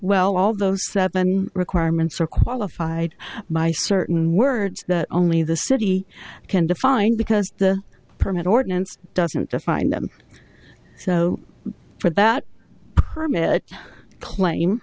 well all those seven requirements are qualified by certain words that only the city can define because the permit ordinance doesn't define them so for that permit